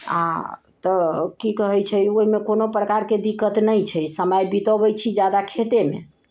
आ तऽ की कहै छै ओहिमे कोनो प्रकार के दिक्कत नहि छै समय बीतबै छी जादा खेते मे